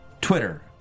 Twitter